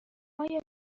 آیا